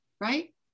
right